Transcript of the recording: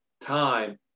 time